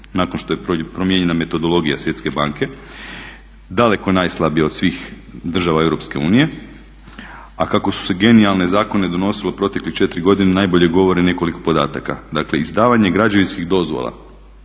nakon što je promijenjena metodologija Svjetske banke, daleko najslabija od svih država Europske unije. A kako su se genijalni zakoni donosili proteklih 4 godine najbolje govori nekoliko podataka. Dakle izdavanje građevinskih dozvola